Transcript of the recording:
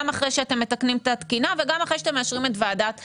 אחרי שאתם מתקנים את התקינה וגם אחרי שאתם מאשרים את ועדת המחירים.